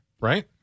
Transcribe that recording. right